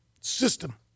system